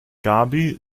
gaby